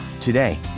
Today